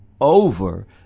over